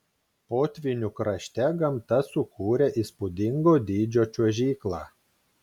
potvynių krašte gamta sukūrė įspūdingo dydžio čiuožyklą